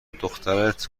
دخترت